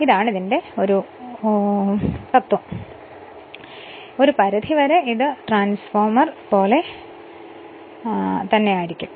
ഇതാണ് തത്ത്വചിന്ത ഒരു പരിധിവരെ ട്രാൻസ്ഫോർമർ പോലെയാകും